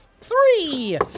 three